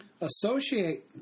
associate